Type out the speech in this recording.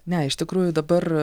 ne iš tikrųjų dabar